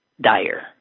dire